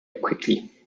quickly